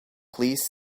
please